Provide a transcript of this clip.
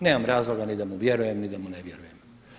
Nemam razloga niti da mu vjerujem, niti da mu ne vjerujem.